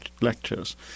lectures